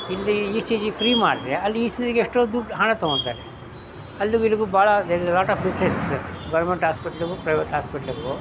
ಇಲ್ಲಿ E C G free ಮಾಡ್ದ್ರೆ ಅಲ್ಲಿ ಇ ಸಿ ಜಿಗೆ ಎಷ್ಟೋ ದುಡ್ಡು ಹಣ ತಗೊಳ್ತಾರೆ ಅಲ್ಲಿಗೂ ಇಲ್ಲಿಗೂ ಭಾಳ there is a lot of difference government ಆಸ್ಪೆಟ್ಲಿಗು ಪ್ರೈವೇಟ್ ಹಾಸ್ಪೆಟ್ಲಿಗೂ